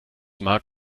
mag